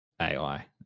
AI